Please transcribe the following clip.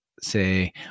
say